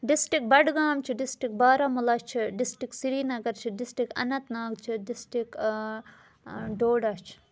district Budgam چھُ district Baramulla چھِ district Srinagar چھِ ڈِسٹرٛک اننت ناگ چھُ ڈِسٹرٛک ڈوڈا چھُ